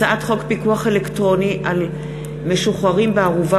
הצעת חוק פיקוח אלקטרוני על משוחררים בערובה